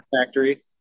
Factory